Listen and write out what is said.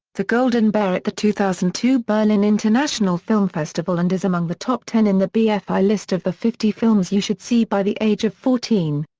the golden bear at the two thousand and two berlin international film festival and is among the top ten in the bfi list of the fifty films you should see by the age of fourteen.